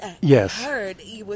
Yes